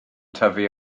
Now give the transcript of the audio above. tyfu